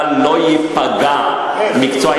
אבל שלא ייפגע מקצוע,